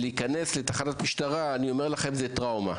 להיכנס לתחנת המשטרה, אני אומר לכם שזאת טראומה.